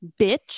Bitch